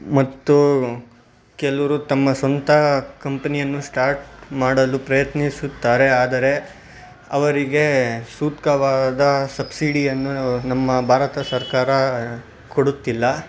ಮತ್ತು ಕೆಲವರು ತಮ್ಮ ಸ್ವಂತ ಕಂಪ್ನಿಯನ್ನು ಶ್ಟಾಟ್ ಮಾಡಲು ಪ್ರಯತ್ನಿಸುತ್ತಾರೆ ಆದರೆ ಅವರಿಗೆ ಸೂಕ್ತವಾದ ಸಬ್ಸಿಡಿಯನ್ನು ನಮ್ಮ ಭಾರತ ಸರ್ಕಾರ ಕೊಡುತ್ತಿಲ್ಲ